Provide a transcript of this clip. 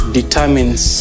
determines